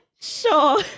sure